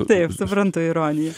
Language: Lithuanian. taip suprantu ironiją